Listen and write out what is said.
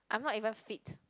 I'm not even fit